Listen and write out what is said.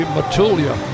Matulia